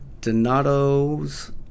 Donato's